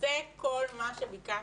זה כל מה שביקשתי.